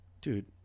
dude